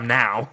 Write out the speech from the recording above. now